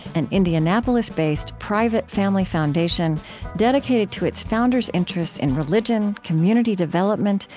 an indianapolis-based, private family foundation dedicated to its founders' interests in religion, community development,